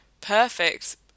perfect